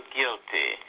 guilty